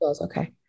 Okay